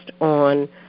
on